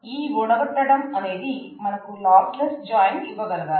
ఈ విడగొట్టటం అనేది మనకు లాస్లెస్ జాయిన్ ఇవ్వగలగాలి